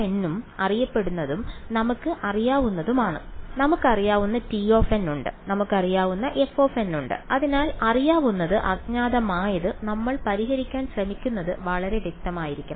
ϕn ഉം അറിയപ്പെടുന്നതും നമുക്ക് അറിയാവുന്നവയാണ് നമുക്കറിയാവുന്ന tn ഉണ്ട് നമുക്കറിയാവുന്ന fn ഉണ്ട് അതിനാൽ അറിയാവുന്നത് അജ്ഞാതമായത് നമ്മൾ പരിഹരിക്കാൻ ശ്രമിക്കുന്നത് വളരെ വ്യക്തമായിരിക്കണം